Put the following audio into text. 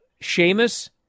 Sheamus